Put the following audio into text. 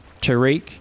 Tariq